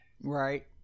Right